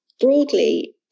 broadly